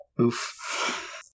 Oof